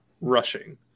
rushing